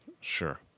Sure